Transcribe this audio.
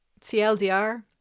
CLDR